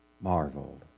marveled